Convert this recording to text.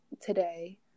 today